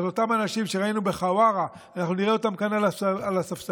את אותם אנשים שראינו בחווארה אנחנו נראה כאן על הספסלים.